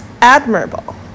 admirable